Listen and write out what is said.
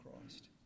Christ